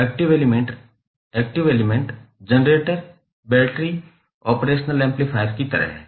active element generator battery operational amplifier की तरह हैं